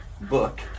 book